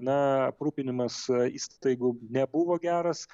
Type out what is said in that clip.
na aprūpinimas įstaigų nebuvo geras